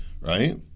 right